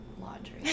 laundry